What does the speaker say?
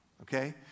okay